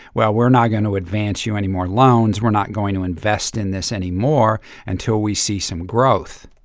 well, we're not going to advance you any more loans. we're not going to invest in this anymore until we see some growth.